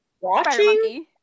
Watching